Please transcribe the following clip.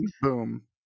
boom